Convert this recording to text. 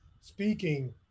speaking